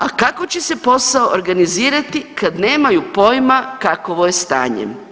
A kako će se posao organizirati kad nemaju poima kakvo je stanje.